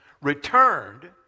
returned